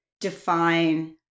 define